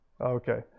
Okay